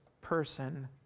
person